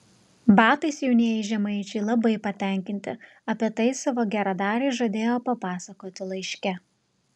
batais jaunieji žemaičiai labai patenkinti apie tai savo geradarei žadėjo papasakoti laiške